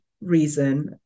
reason